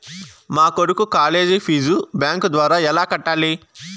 మా కొడుకు college fees bank ద్వారా ఎలా కట్టాలి?